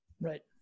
Right